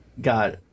got